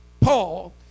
Paul